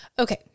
Okay